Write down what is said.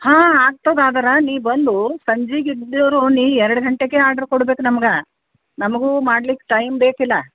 ಹಾಂ ಆಗ್ತದೆ ಆದ್ರೆ ನೀ ಬಂದು ಸಂಜೀಗೆ ಇದ್ದರು ನೀ ಎರಡು ಗಂಟೆಗೆ ಆರ್ಡ್ರು ಕೊಡ್ಬೇಕು ನಮ್ಗೆ ನಮಗೂ ಮಾಡ್ಲಿಕ್ಕೆ ಟೈಮ್ ಬೇಕು ಇಲ್ಲ